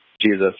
Jesus